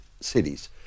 cities